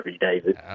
David